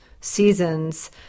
seasons